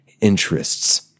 interests